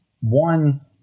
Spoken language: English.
one